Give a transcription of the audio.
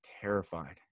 terrified